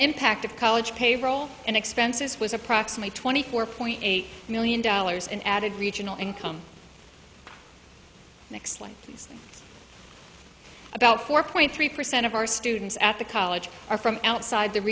impact of college payroll and expenses was approximate twenty four point eight million dollars and added regional income next line about four point three percent of our students at the college are from outside the